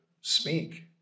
Speak